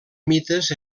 mites